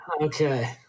Okay